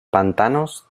pantanos